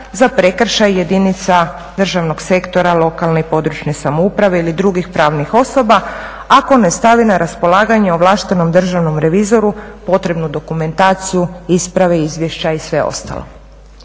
za prekršaj jedinica državnog sektora lokalne i područne samouprave ili drugih pravnih osoba ako ne stavi na raspolaganje ovlaštenom državnom revizoru potrebnu dokumentaciju, isprave, izvješća i sve ostalo.